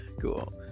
cool